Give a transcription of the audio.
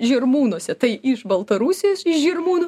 žirmūnuose tai iš baltarusijos iš žirmūnų